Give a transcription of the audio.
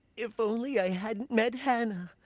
if only i hadn't met hanah.